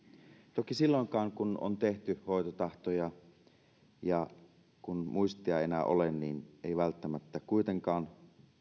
toki silloinkaan kun on tehty hoitotahto mutta kun muistia ei enää ole niin ei välttämättä kuitenkaan